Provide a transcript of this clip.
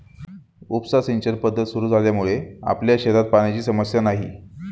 उपसा सिंचन पद्धत सुरु झाल्यामुळे आपल्या शेतात पाण्याची समस्या नाही